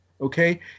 Okay